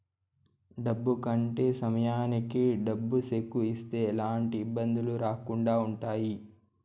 డబ్బు కట్టే సమయానికి డబ్బు సెక్కు ఇస్తే ఎలాంటి ఇబ్బందులు రాకుండా ఉంటాయి